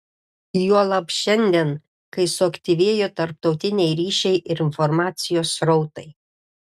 juolab šiandien kai suaktyvėjo tarptautiniai ryšiai ir informacijos srautai